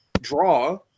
draw